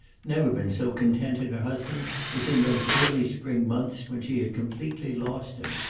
never been so content in her husband as in those early spring months when she had completely lost him.